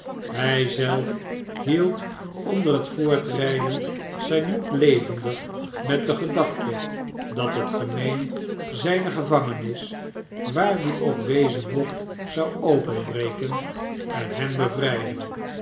hij zelf hield onder het voortrijden zijn moed levendig met de gedachte dat het gemeen zijne gevangenis waar die k wezen mocht zou openbreken en hem bevrijden